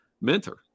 mentor